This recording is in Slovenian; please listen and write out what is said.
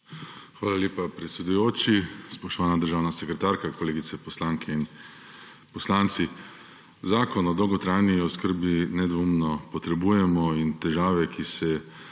Hvala lepa, predsedujoči. Spoštovana državna sekretarka, kolegice poslanke in kolegi poslanci! Zakon o dolgotrajni oskrbi nedvomno potrebujemo. In težave, ki se